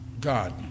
God